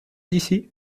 d’ici